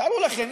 תארו לכם,